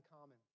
common